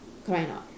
correct or not